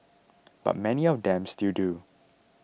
but many of them still do